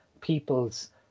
people's